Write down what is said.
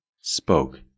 spoke